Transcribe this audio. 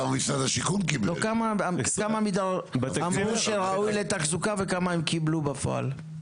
כמה עמידר אמרו שראוי לתחזוקה וכמה הם קיבלו בפועל?